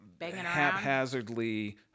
haphazardly